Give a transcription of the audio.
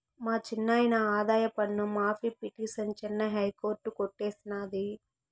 మా చిన్నాయిన ఆదాయపన్ను మాఫీ పిటిసన్ చెన్నై హైకోర్టు కొట్టేసినాది